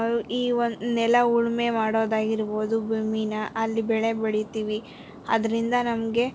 ಈ ಒಂದು ನೆಲ ಉಳುಮೆ ಮಾಡೋದಾಗಿರ್ಬೋದು ಭೂಮಿನ ಅಲ್ಲಿ ಬೆಳೆ ಬೆಳೀತೀವಿ ಅದರಿಂದ ನಮಗೆ